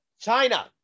China